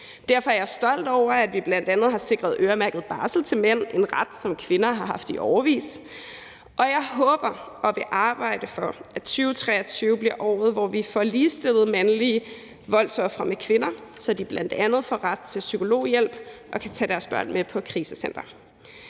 Derfor er jeg stolt over, at vi bl.a. har sikret øremærket barsel til mænd – en ret, som kvinder har haft i årevis. Og jeg håber og vil arbejde for, at 2023 bliver året, hvor vi får ligestillet mandlige voldsofre med kvindelige voldsofre, så de bl.a. får ret til psykologhjælp og kan tage deres børn med på et krisecenter.